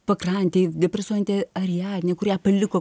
pakrantėj depresuojanti ariadnė kurią paliko